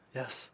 yes